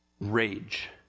rage